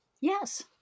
Yes